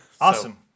Awesome